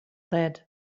that